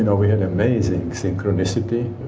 and we had amazing synchronicity.